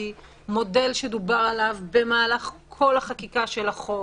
מודל שדובר עליו במהלך כל החקיקה של החוק.